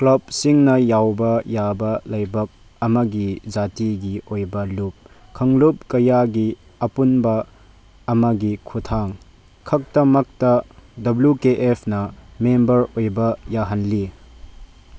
ꯀ꯭ꯂꯞꯁꯤꯡꯅ ꯌꯥꯎꯕ ꯌꯥꯕ ꯂꯩꯕꯥꯛ ꯑꯃꯒꯤ ꯖꯥꯇꯤꯒꯤ ꯑꯣꯏꯕ ꯂꯨꯞ ꯀꯥꯡꯂꯨꯞ ꯀꯌꯥꯒꯤ ꯑꯄꯨꯟꯕ ꯑꯃꯒꯤ ꯈꯨꯊꯥꯡ ꯈꯛꯇꯃꯛꯇ ꯗꯕꯂ꯭ꯌꯨ ꯀꯦ ꯑꯦꯐꯅ ꯃꯦꯝꯕꯔ ꯑꯣꯏꯕ ꯌꯥꯍꯜꯂꯤ